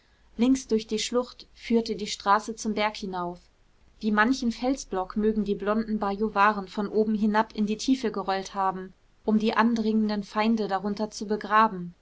links durch die schlucht führt die straße zum berg hinauf wie manchen felsblock mögen die blonden bajuvaren von oben hinab in die tiefe gerollt haben um die andringenden feinde darunter zu begraben